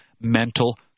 mental